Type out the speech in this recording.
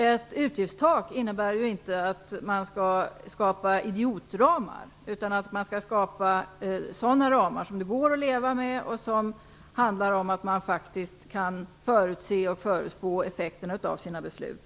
Ett utgiftstak innebär ju inte att man skall skapa idiotramar, utan man skall skapa sådana ramar som det går att leva med. Dessutom handlar det om att man faktiskt skulle kunna förutse och förutspå effekterna av sina beslut.